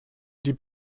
die